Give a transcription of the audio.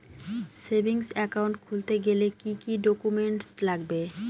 Savings account খুলতে গেলে কি কি ডকুমেন্টস লাগবে?